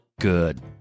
good